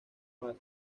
más